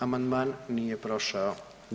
Amandman nije prošao.